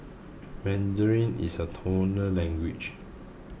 Mandarin is a tonal language